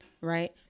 right